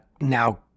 now-